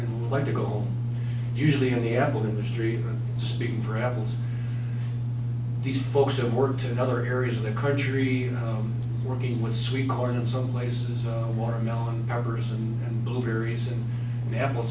would like to go home usually in the apple industry speaking for apples these folks have worked in other areas of the country working with sweet corn in some places watermelon peppers and blueberries and apples